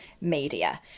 media